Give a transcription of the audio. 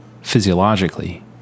physiologically